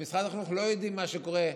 במשרד החינוך לא יודעים מה שקורה,